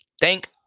Thank